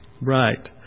Right